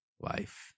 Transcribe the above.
life